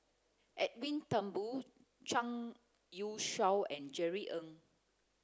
Edwin Thumboo Zhang Youshuo and Jerry Ng